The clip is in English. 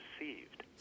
received